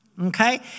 Okay